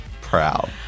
proud